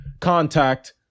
contact